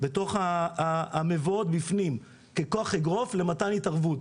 בתוך המבואות בפנים ככוח אגרוף למתן התערבות,